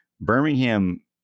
Birmingham